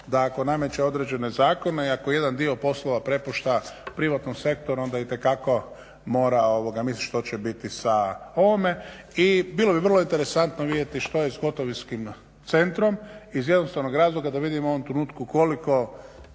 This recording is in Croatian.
da ako nameće određene zakone i ako jedan dio poslova prepušta privatnom sektoru onda itekako mora misliti što će biti ovime. I bilo bi vrlo interesantno vidjeti što je s gotovinskim centrom iz jednostavnog razloga da vidimo u ovom trenutku koliko